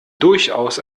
durchaus